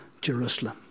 Jerusalem